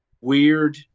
weird